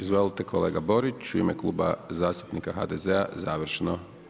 Izvolite kolega Borić, u ime Kluba zastupnika HDZ-a završno.